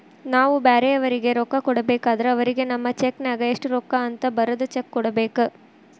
ನಾವು ಬ್ಯಾರೆಯವರಿಗೆ ರೊಕ್ಕ ಕೊಡಬೇಕಾದ್ರ ಅವರಿಗೆ ನಮ್ಮ ಚೆಕ್ ನ್ಯಾಗ ಎಷ್ಟು ರೂಕ್ಕ ಅಂತ ಬರದ್ ಚೆಕ ಕೊಡಬೇಕ